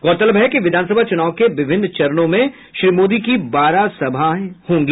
गौरतलब है कि विधान सभा चुनाव के विभिन्न चरणों में श्री मोदी की बारह सभा होंगी